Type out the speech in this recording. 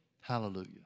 Hallelujah